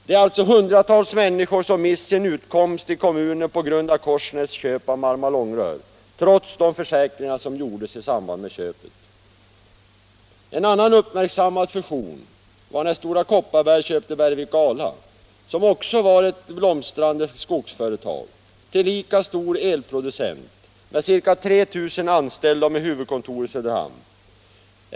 Det är alltså hundratals människor som mist sin utkomst i kommunen på grund av Korsnäs köp av Marma-Långrör, trots de försäkringar som gjordes i samband med köpet. En annan uppmärksammad fusion var när Stora Kopparberg köpte Bergvik och Ala, som också var ett blomstrande skogsföretag, tillika stor elproducent, med ca 3 000 anställda och med huvudkontor i Söderhamn.